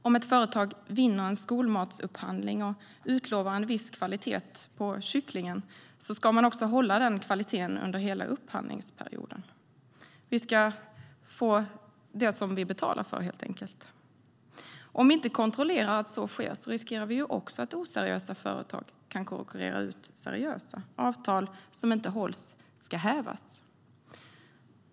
Om ett företag vinner en skolmatsupphandling och utlovar en viss kvalitet på kycklingen ska man också hålla den kvaliteten under hela upphandlingsperioden. Vi ska helt enkelt få det vi betalar för. Om vi inte kontrollerar att så sker riskerar vi också att oseriösa företag konkurrerar ut seriösa. Avtal som inte hålls ska hävas.